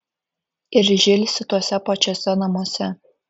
ir žilsi tuose pačiuose namuose